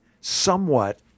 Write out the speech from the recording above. somewhat